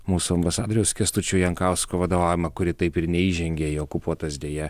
mūsų ambasadoriaus kęstučio jankausko vadovaujama kuri taip ir neįžengė į okupuotas deja